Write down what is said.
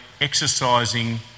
exercising